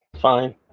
fine